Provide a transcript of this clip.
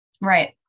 Right